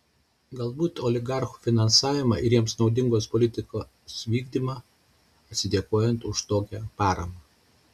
galbūt oligarchų finansavimą ir jiems naudingos politikos vykdymą atsidėkojant už tokią paramą